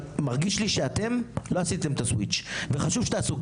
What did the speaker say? מרגיש לי שאתם לא עשיתם את ה-Switch וחשוב שתעשו,